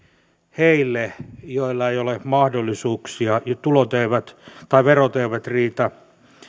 heille joilla ei ole mahdollisuuksia ja verot eivät riitä